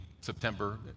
September